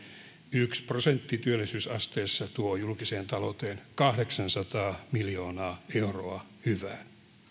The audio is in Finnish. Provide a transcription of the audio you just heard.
yksi prosentti työllisyysasteessa tuo julkiseen talouteen kahdeksansataa miljoonaa euroa hyvää